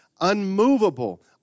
unmovable